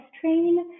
train